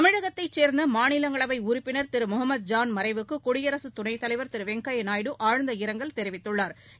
தமிழகத்தைச் சேர்ந்த மாநிலங்களவை உறுப்பினர் திரு முகமது ஜான் மறைவுக்கு குடியரசுத் துணைத்தலைவா் திரு வெங்கையா நாயுடு ஆழ்ந்த இரங்கல் தெரிவித்துள்ளாா்